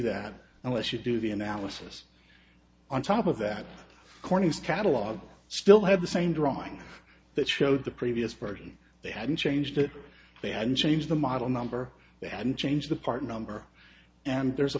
that unless you do the analysis on top of that cornice catalog still have the same drawing that showed the previous version they hadn't changed it they hadn't changed the model number they hadn't changed the part number and there's a